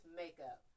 makeup